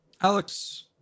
Alex